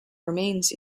remains